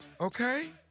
Okay